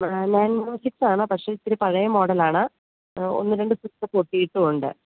nine one സിക്സാണ് പക്ഷേ ഇത്തിരി പഴയ മോഡലാണ് ഒന്ന് രണ്ട് പീസ് പൊട്ടിയിട്ടുണ്ട്